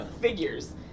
figures